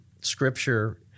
Scripture